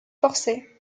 forcé